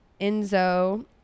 Enzo